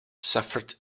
suffered